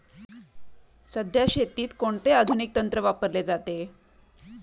सध्या शेतीत कोणते आधुनिक तंत्र वापरले जाते?